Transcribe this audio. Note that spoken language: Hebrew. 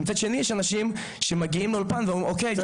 מצד שני יש אנשים שמגיעים לאולפן ואומרים אוקי --.